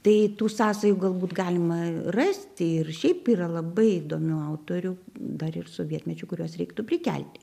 tai tų sąsajų galbūt galima rasti ir šiaip yra labai įdomių autorių dar ir sovietmečiu kuriuos reiktų prikelti